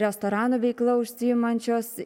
restoranų veikla užsiimančios